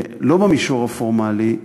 לא במישור הפורמלי: